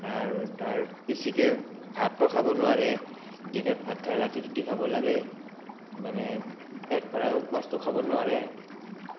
আৰু তাৰ বেছিকে ভাতো খাব নোৱাৰে দিনত ভাত খাই ৰাতি ৰুটি খাব লাগে মানে পেট ভৰাইয়ো বস্তু খাব নোৱাৰে